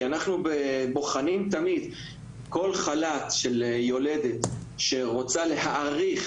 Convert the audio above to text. כי אנחנו בוחנים תמיד כל חל"ת של יולדת שרוצה להאריך